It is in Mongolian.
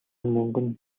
мөнгөн